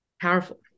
Powerful